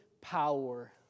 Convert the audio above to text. power